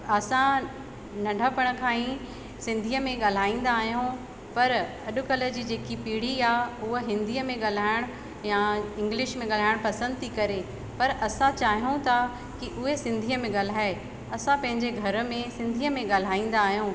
असां नंढापण खां ई सिंधीअ में ॻाल्हाईंदा आहियूं पर अॼुकल्ह जी जेकी पीढ़ी आहे हूअ हिंदीअ में ॻल्हायण या इंग्लिश में ॻल्हायण पसंदि थी करे पर असां चाहियूं था की उहे सिंधीअ में ॻल्हाए असां पंहिंजे घर में सिंधीअ में ॻाल्हाईंदा आहियूं